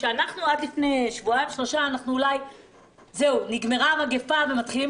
עד לפני שבועיים-שלושה שנגמרה המגיפה ומתחילים